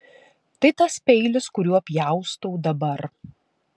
tai tas peilis kuriuo pjaustau dabar